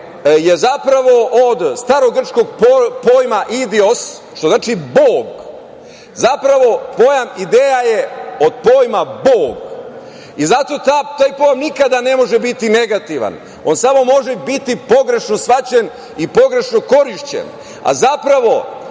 je, zapravo, od starogrčkog pojma – idios, što znači Bog. Zapravo, pojam ideja je od pojma Bog. Zato taj pojam nikada ne može biti negativan. On samo može biti pogrešno shvaćen i pogrešno korišćen. Zapravo,